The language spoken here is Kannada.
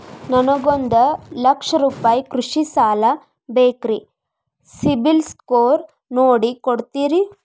ನನಗೊಂದ ಲಕ್ಷ ರೂಪಾಯಿ ಕೃಷಿ ಸಾಲ ಬೇಕ್ರಿ ಸಿಬಿಲ್ ಸ್ಕೋರ್ ನೋಡಿ ಕೊಡ್ತೇರಿ?